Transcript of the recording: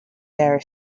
there